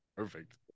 perfect